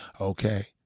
Okay